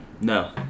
No